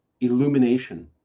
illumination